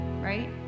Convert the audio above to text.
right